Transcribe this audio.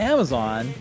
Amazon